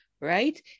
right